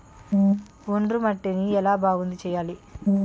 ఒండ్రు మట్టిని ఎలా బాగుంది చేయాలి?